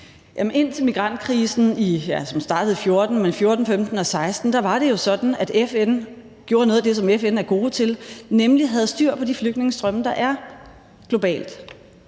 indtil migrantkrisen – som startede i 2014, men som varede i 2014, 2015 og 2016 – var det jo sådan, at FN gjorde noget af det, som FN er gode til, nemlig at de havde styr på de flygtningestrømme, der var globalt.